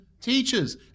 teachers